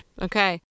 okay